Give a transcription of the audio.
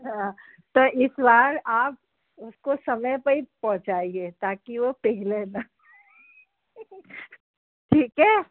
हाँ तो इस बार आप उसको समय पे ही पहुँचाइए ताकि वो पिघले ना ठीक है